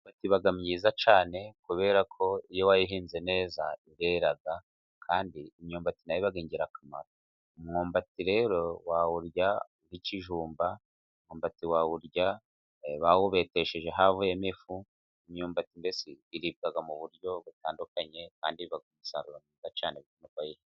Imyumbati iba myiza cyane, kubera ko iyo wayihinze neza irera, kandi imyumbati nayo iba ingirakamaro. Umwumbati rero wawurya nk'ikijumba, umwumbati wawurya bawubetesheje havuyemo ifu, imyumbati mbese iribwa mu buryo butandukanye, kandi ivamo umusaruro mwiza cyane.